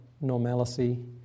normalcy